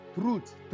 truth